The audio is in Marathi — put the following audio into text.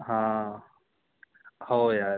हां हो यार